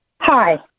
hi